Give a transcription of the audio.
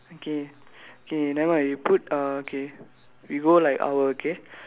okay okay nevermind you put uh okay we go like hour okay